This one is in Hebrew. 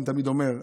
אני תמיד אומר,